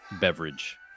beverage